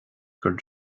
gur